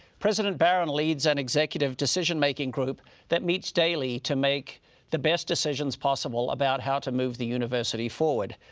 president barron leads an executive decision making group that meets daily to make the best decisions possible about how to move the university forward.